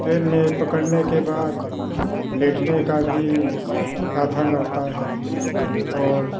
train में पकड़ने के बाद लेटने का भी साधन रहता है और